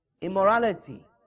immorality